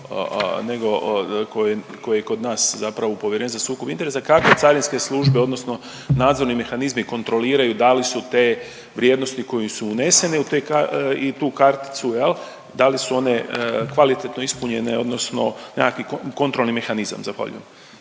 koje, koje je kod nas zapravo u Povjerenstvu za sukob interesa, kako carinske službe odnosno nadzorni mehanizmi kontroliraju da li su te vrijednosti koji su uneseni u te ka… i tu karticu jel, da li su one kvalitetno ispunjene odnosno nekakvi kontrolni mehanizam? Zahvaljujem.